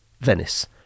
Venice